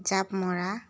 জাঁপ মৰা